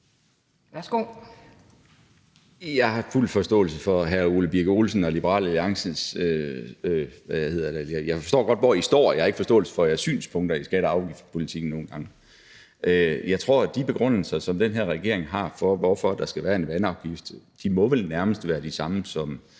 Jeg forstår godt, hvor hr. Ole Birk Olesen og Liberal Alliance står, men nogle gange har jeg ikke forståelse for jeres synspunkter i skatte- og afgiftspolitikken. Jeg tror, at de begrundelser, som den her regering har for, hvorfor der skal være en vandafgift, vel nærmest må være de samme, som